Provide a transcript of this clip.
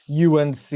UNC